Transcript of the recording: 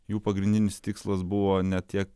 jų pagrindinis tikslas buvo ne tiek